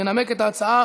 ינמק את ההצעה